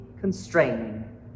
constraining